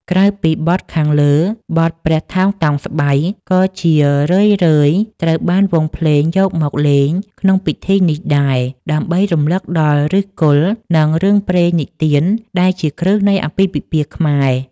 ក្រៅពីបទខាងលើ បទ ព្រះថោងតោងស្បៃ ក៏ជារឿយៗត្រូវបានវង់ភ្លេងយកមកលេងក្នុងពិធីនេះដែរ ដើម្បីរំលឹកដល់ឫសគល់ និងរឿងព្រេងនិទានដែលជាគ្រឹះនៃអាពាហ៍ពិពាហ៍ខ្មែរ។